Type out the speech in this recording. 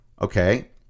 okay